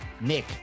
Nick